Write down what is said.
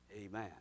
Amen